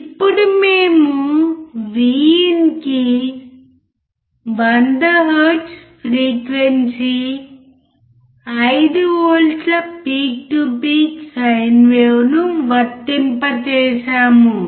ఇప్పుడు మేము VIN కి 100 hertz frequency 5V peak to peak sine వేవ్ను వర్తింపజేస్తాము